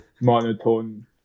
monotone